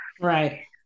right